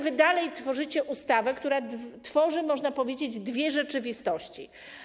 Wy dalej przedstawiacie ustawę, która tworzy, można powiedzieć, dwie rzeczywistości.